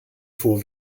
vor